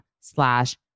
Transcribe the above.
slash